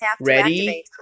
Ready